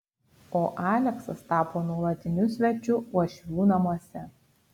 o aleksas tapo nuolatiniu svečiu uošvių namuose